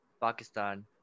Pakistan